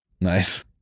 Nice